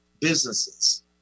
businesses